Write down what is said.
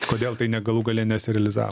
kodėl tai ne galų gale nesirealizavo